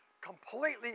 completely